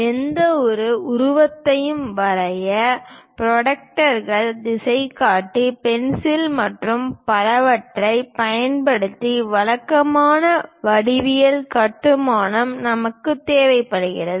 எந்தவொரு உருவத்தையும் வரைய புரோட்டாக்டர்கள் திசைகாட்டி பென்சில் மற்றும் பலவற்றைப் பயன்படுத்தி வழக்கமான வடிவியல் கட்டுமானம் நமக்கு தேவைப்படுகிறது